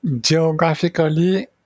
geographically